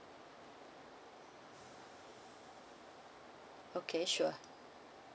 okay sure